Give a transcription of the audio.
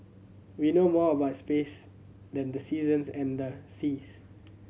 we know more about space than the seasons and the seas